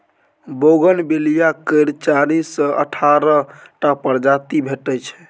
bougainvillea केर चारि सँ अठारह टा प्रजाति भेटै छै